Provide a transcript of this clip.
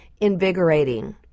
invigorating